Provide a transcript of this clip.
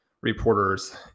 reporters